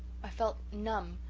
i felt numb,